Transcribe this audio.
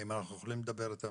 האם אנחנו יכולים לדבר איתם,